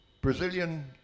Brazilian